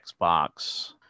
Xbox